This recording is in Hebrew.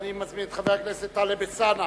אני מזמין את חבר הכנסת טלב אלסאנע,